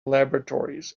laboratories